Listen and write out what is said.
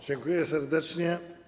Dziękuję serdecznie.